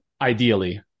ideally